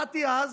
באתי אז